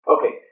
Okay